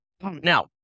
Now